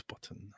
button